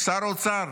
שר האוצר,